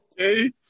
Okay